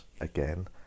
Again